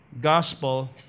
Gospel